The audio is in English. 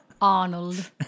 Arnold